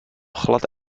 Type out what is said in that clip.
glad